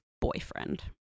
boyfriend